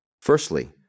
Firstly